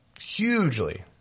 hugely